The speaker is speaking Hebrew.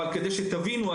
אבל כדי שתבינו במה מדובר,